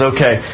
Okay